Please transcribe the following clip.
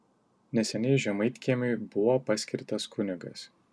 neseniai žemaitkiemiui buvo paskirtas kunigas